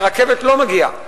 ורכבת לא מגיעה,